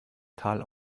tal